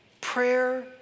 Prayer